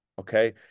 Okay